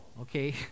okay